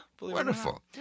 Wonderful